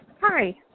Hi